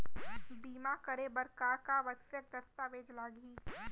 बीमा करे बर का का आवश्यक दस्तावेज लागही